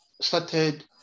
started